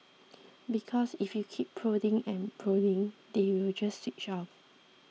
because if you keep prodding and prodding they will just switch off